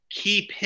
keep